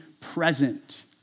present